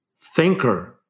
thinker